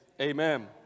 Amen